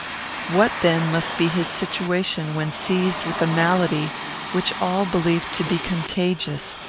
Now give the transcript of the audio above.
what then must be his situation when seized with a malady which all believed to be contagious,